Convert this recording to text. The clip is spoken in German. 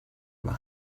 über